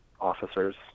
officers